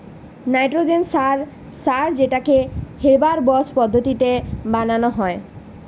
nitrogen সার সার যেটাকে হেবার বস পদ্ধতিতে বানানা হয়